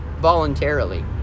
voluntarily